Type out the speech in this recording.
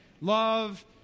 love